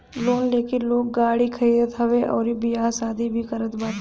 loan लेके लोग गाड़ी खरीदत हवे अउरी बियाह शादी भी करत बाटे